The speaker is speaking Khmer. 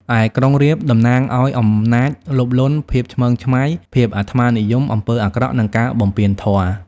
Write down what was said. ឯក្រុងរាពណ៍ តំណាងឱ្យ អំណាច លោភលន់ ភាពឆ្មើងឆ្មៃ ភាពអាត្មានិយម អំពើអាក្រក់ និងការបំពានធម៌ ។